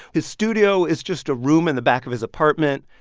his studio is just a room in the back of his apartment.